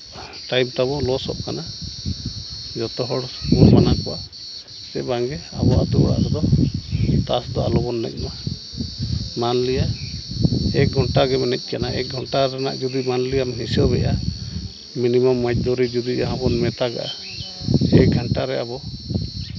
time ᱛᱟᱵᱚ ᱞᱚᱥᱚᱜ ᱠᱟᱱᱟ ᱡᱚᱛᱚ ᱦᱚᱲ ᱥᱟᱱᱟ ᱠᱚᱣᱟ ᱥᱮ ᱵᱟᱝᱜᱮ ᱟᱵᱚ ᱟᱛᱳ ᱚᱲᱟᱜ ᱨᱮᱫᱚ ᱛᱟᱥ ᱫᱚ ᱟᱞᱚ ᱵᱚᱱ ᱮᱱᱮᱡ ᱢᱟ ᱢᱟᱱ ᱞᱤᱭᱟ ᱮᱠ ᱜᱷᱚᱱᱴᱟ ᱜᱮᱢ ᱮᱱᱮᱡ ᱠᱟᱱᱟ ᱮᱠ ᱜᱷᱚᱱᱴᱟ ᱨᱮᱭᱟᱜ ᱢᱟᱞᱤᱭᱟ ᱦᱤᱥᱟᱹᱵᱮᱜᱼᱟ ᱢᱤᱱᱤᱢᱟᱢ ᱢᱟᱪ ᱫᱷᱩᱨᱤ ᱡᱩᱫᱤ ᱡᱟᱦᱟᱸ ᱵᱚᱱ ᱢᱮᱛᱟᱜᱟᱜᱼᱟ ᱪᱮ ᱜᱷᱚᱱᱴᱟ ᱨᱮ ᱟᱵᱚ